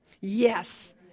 Yes